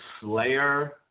Slayer